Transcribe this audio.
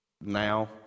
now